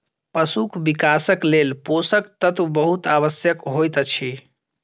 पशुक विकासक लेल पोषक तत्व बहुत आवश्यक होइत अछि